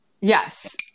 Yes